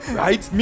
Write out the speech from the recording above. right